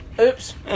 Oops